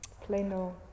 pleno